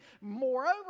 moreover